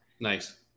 Nice